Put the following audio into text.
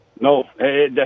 No